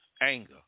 Anger